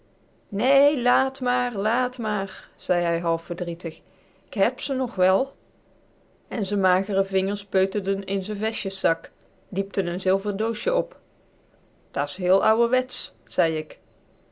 nee lààt maar lààt maar zei hij half verdrietig k heb ze nog wel en z'n magere vingers peuterden in z'n vestjeszak diepten een zilver doosje op da's heel ouwerwetsch zei ik